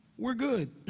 we're good.